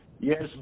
Yes